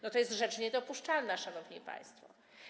No to jest rzecz niedopuszczalna, szanowni państwo.